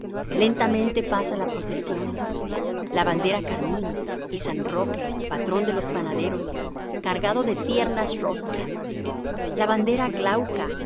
lentamente pasa la procesión la bandera carmín y san roque patrón de los panaderos cargado de tiernas roscas la bandera glauca